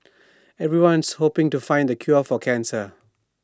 everyone's hoping to find the cure for cancer